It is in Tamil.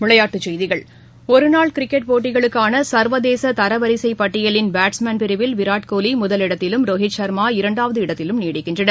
விளைபாட்டுச் செய்திகள் ஒரு நாள் கிரிக்கெட் போட்டிகளுக்கான சர்வதேச தரவரிசை பட்டியலின் பேட்ஸ்மேன் பிரிவில் விராட் கோலி முதலிடத்திலும் ரோஹித் சர்மா இரண்டாவது இடத்திலும் நீடிக்கின்றனர்